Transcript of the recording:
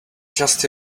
just